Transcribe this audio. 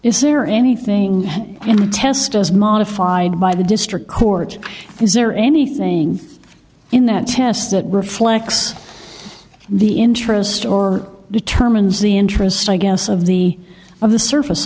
is there anything to test as modified by the district court is there anything in that test that reflects the interest or determines the interest i guess of the of the surface